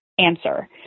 answer